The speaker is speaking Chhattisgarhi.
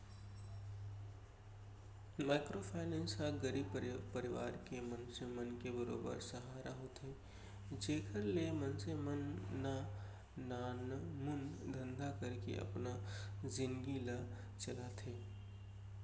माइक्रो फायनेंस ह गरीब परवार के मनसे मन के बरोबर सहारा होथे जेखर ले मनसे मन ह नानमुन धंधा करके अपन जिनगी ल चलाथे